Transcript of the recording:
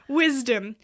wisdom